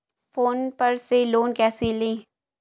Phone पर से loan कैसे लें?